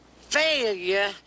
failure